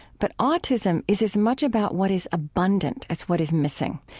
but autism, is as much about what is abundant as what is missing,